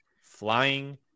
flying